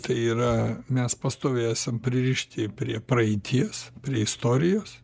tai yra mes pastoviai esam pririšti prie praeities prie istorijos